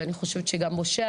ואני חושבת שגם משה,